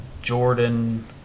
Jordan